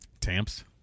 Tamps